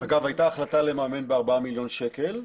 אגב הייתה החלטה לממן בארבעה מיליון שקל,